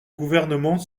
gouvernement